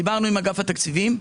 דיברנו עם אגף התקציבים.